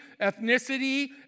ethnicity